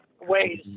ways